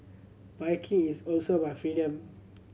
biking is also about freedom